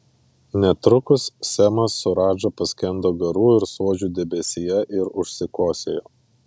netrukus semas su radža paskendo garų ir suodžių debesyje ir užsikosėjo